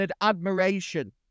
admiration